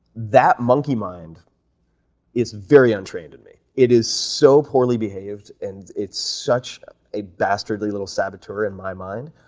that monkey mind is very untrained in me. it is so poorly behaved and it's such a bastardly little saboteur in my mind,